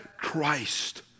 Christ